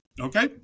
Okay